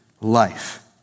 life